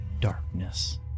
darkness